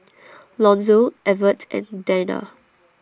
Lonzo Evert and Danna